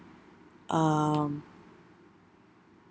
um